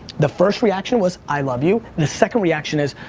the first reaction was, i love you. the second reaction is,